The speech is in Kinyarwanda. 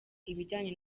ibijyanye